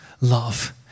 love